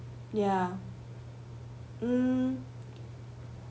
ya um